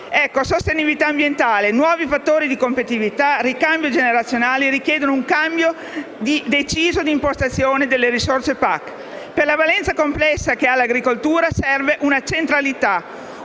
Quindi, sostenibilità ambientale, nuovi fattori di competitività, ricambio generazionale richiedono un cambio deciso di impostazione delle risorse PAC. Per la valenza complessa che ha l'agricoltura serve una centralità,